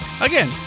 Again